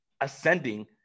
ascending